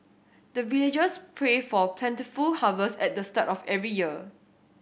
the villagers pray for plentiful harvest at the start of every year